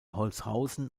holzhausen